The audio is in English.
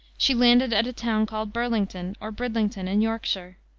she landed at a town called burlington, or bridlington, in yorkshire.